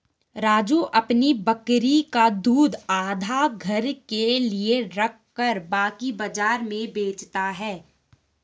राजू अपनी बकरी का दूध आधा घर के लिए रखकर बाकी बाजार में बेचता हैं